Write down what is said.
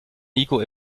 niko